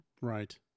Right